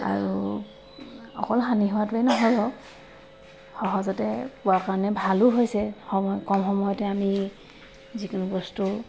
আৰু অকল হানি হোৱাটোৱেই নহয় বাৰু সহজতে পোৱা কাৰণে ভালো হৈছে কম সময়তে আমি যিকোনো বস্তু